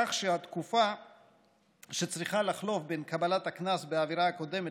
כך שהתקופה שצריכה לחלוף בין קבלת הקנס בעבירה הקודמת